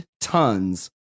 tons